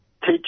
teach